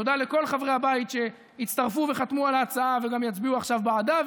תודה לכל חברי הבית שהצטרפו וחתמו על ההצעה וגם יצביעו עכשיו בעדה.